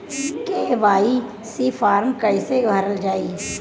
KYC form कइसे भरल जाइ?